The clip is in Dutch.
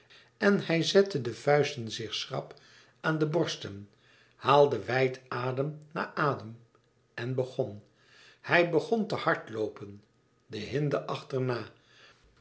en hij zette de vuisten zich schrap aan de borsten haalde wijd adem na adem en begon hij begon te hard loopen de hinde achterna